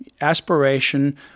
aspiration